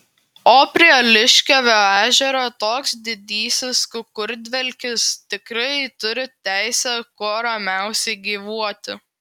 o prie liškiavio ežero toks didysis kukurdvelkis tikrai turi teisę kuo ramiausiai gyvuoti